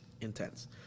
intense